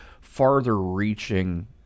farther-reaching